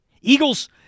Eagles